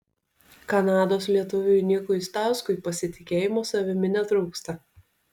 kanados lietuviui nikui stauskui pasitikėjimo savimi netrūksta